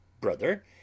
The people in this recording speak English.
brother